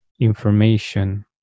information